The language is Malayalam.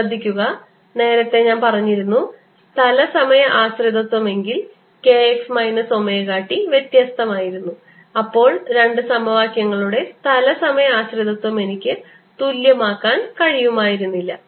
ശ്രദ്ധിക്കുക നേരത്തെ ഞാൻ പറഞ്ഞിരുന്നു സ്ഥല സമയ ആശ്രിതത്വം എങ്കിൽ k x minus omega t വ്യത്യസ്തമായിരുന്നു അപ്പോൾ രണ്ട് സമവാക്യങ്ങളുടെ സ്ഥല സമയ ആശ്രിതത്വം എനിക്ക് തുല്യമാക്കാൻ കഴിയുമായിരുന്നില്ല